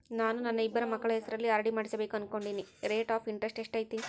ನಾನು ನನ್ನ ಇಬ್ಬರು ಮಕ್ಕಳ ಹೆಸರಲ್ಲಿ ಆರ್.ಡಿ ಮಾಡಿಸಬೇಕು ಅನುಕೊಂಡಿನಿ ರೇಟ್ ಆಫ್ ಇಂಟರೆಸ್ಟ್ ಎಷ್ಟೈತಿ?